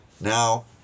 Now